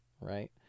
Right